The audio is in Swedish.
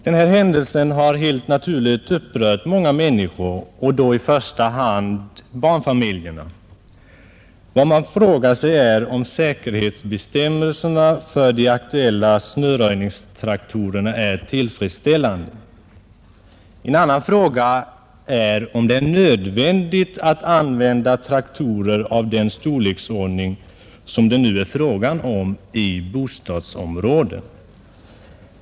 Denna händelse har helt naturligt upprört många människor, i första hand barnfamiljerna. Man frågar sig om säkerhetsbestämmelserna för de aktuella snöröjningstraktorerna är tillfredsställande. En annan fråga är om det är nödvändigt att använda traktorer av den storlek, som det nu är fråga om, i bostadsområden.